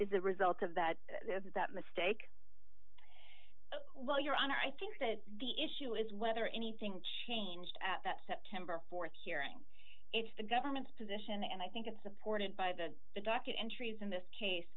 is the result of that is that mistake well your honor i think that the issue is whether anything changed at that september th hearing it's the government's position and i think it's supported by the docket entries in this case